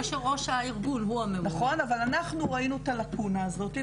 עכשיו אנחנו ראינו את הלקונה הזאת,